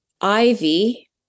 ivy